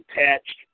attached